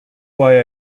why